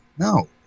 No